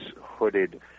hooded